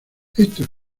estos